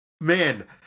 Man